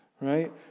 right